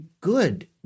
good